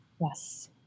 Yes